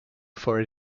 for